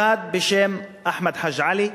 אחד בשם אחמד חאג' עלי,